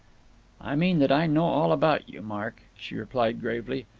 i mean that i know all about you, mark, she replied gravely.